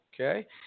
okay